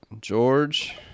George